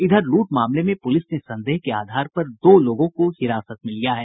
इधर लूट मामले में पुलिस ने संदेह के आधार पर दो लोगों को हिरासत में लिया है